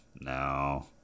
No